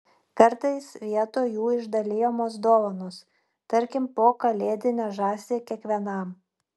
kartais vietoj jų išdalijamos dovanos tarkim po kalėdinę žąsį kiekvienam